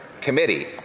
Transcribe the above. committee